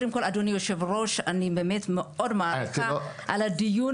אני מאוד מעריכה על הדיון.